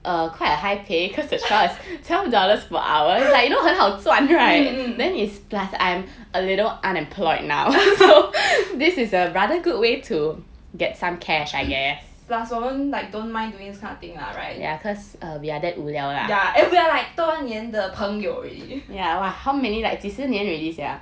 plus 我们 like don't mind doing this kind of thing lah right ya and we are like 多年的朋友 already